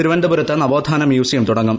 തിരുവനന്തപുരത്ത് നവോത്ഥാന മ്യൂസിയം തുടങ്ങും